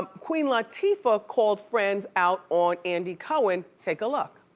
um queen latifah called friends out on andy cohen. take a look.